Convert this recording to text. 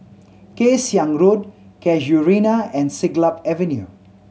Kay Siang Road Casuarina and Siglap Avenue